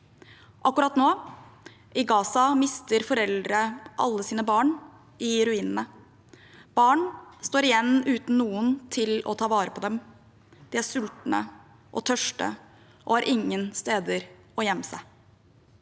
akkurat nå mister foreldre alle sine barn i ruinene. Barn står igjen uten noen til å ta vare på dem. De er sultne og tørste, og har ingen steder å gjemme seg.